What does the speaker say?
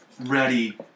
ready